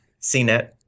CNET